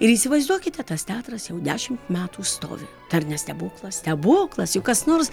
ir įsivaizduokite tas teatras jau dešimt metų stovi tai ar ne stebuklas stebuklas juk kas nors